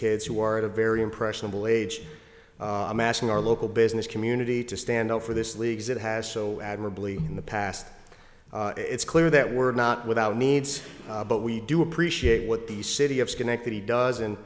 kids who are at a very impressionable age i'm asking our local business community to stand up for this leagues it has so admirably in the past it's clear that we're not without needs but we do appreciate what the city of schenectady does and